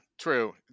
True